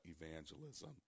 evangelism